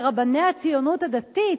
לרבני הציונות הדתית,